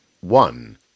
One